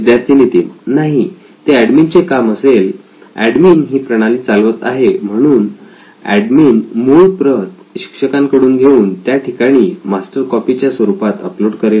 विद्यार्थी नितीन नाही ते ऍडमिन चे काम असेल एडमिन ही प्रणाली चालवत आहे म्हणून ऍडमिन मूळ प्रत शिक्षकांकडून घेऊन त्या ठिकाणी मास्टर कॉपी च्या स्वरूपात अपलोड करेल